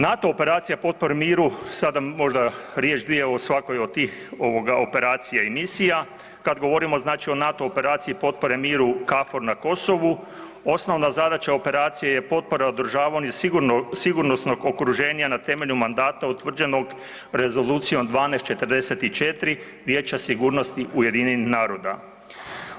NATO operacije potpore miru, sada možda riječ, dvije o svakoj od tih operacija i misija, kad govorimo znači o NATO operaciji potpore miru KFOR na Kosovu, osnovna zadaća operacije je potpora održavanje sigurnosnog okruženja na temelju mandata utvrđenog Rezolucijom 1244 Vijeća sigurnosti UN-a.